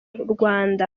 rwanda